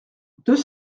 deux